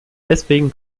deswegen